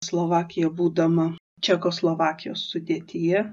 slovakija būdama čekoslovakijos sudėtyje